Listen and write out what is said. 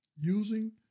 using